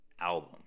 album